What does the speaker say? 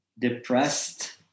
depressed